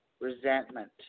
Resentment